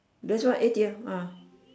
that's why A_T_M ah